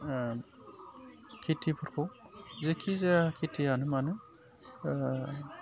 खिथिफोरखौ जेखिजाया खिथियानो मानो